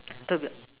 does